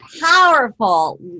powerful